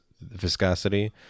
viscosity